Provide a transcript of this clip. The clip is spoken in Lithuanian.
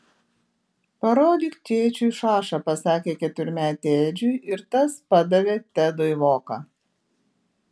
parodyk tėčiui šašą pasakė keturmetė edžiui ir tas padavė tedui voką